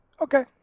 Okay